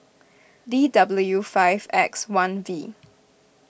D W five X one V